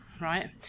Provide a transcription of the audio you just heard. right